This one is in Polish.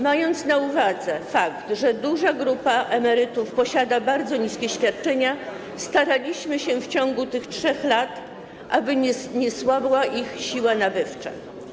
Mając na uwadze fakt, że duża grupa emerytów posiada bardzo niskie świadczenia, staraliśmy się w ciągu tych 3 lat, aby nie słabła ich siła nabywcza.